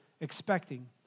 expecting